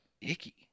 icky